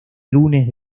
lunes